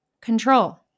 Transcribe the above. control